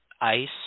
ice